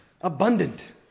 abundant